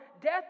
death